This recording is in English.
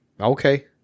Okay